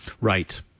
right